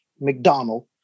McDonald